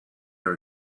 are